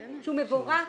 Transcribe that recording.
שהוא מבורך